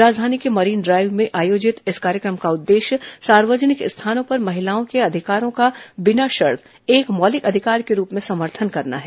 राजधानी के Marine Drive में आयोजित इस कार्यक्रम का उद्देश्य सार्वजनिक स्थानों पर महिलाओं के अधिकारों का बिना शर्त एक मौलिक अधिकार के रूप में समर्थन करना है